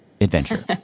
Adventure